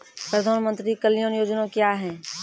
प्रधानमंत्री कल्याण योजना क्या हैं?